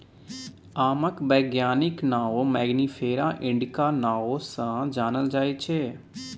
आमक बैज्ञानिक नाओ मैंगिफेरा इंडिका नाओ सँ जानल जाइ छै